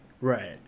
Right